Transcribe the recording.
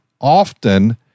often